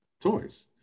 toys